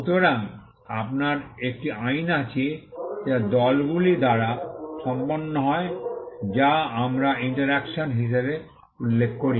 সুতরাং আপনার একটি আইন আছে যা দলগুলি দ্বারা সম্পন্ন হয় যা আমরা ইন্টারঅ্যাকশন হিসাবে উল্লেখ করি